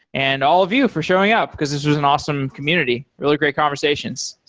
and all of you for showing up, because this was an awesome community, really great conversations.